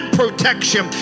protection